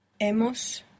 Hemos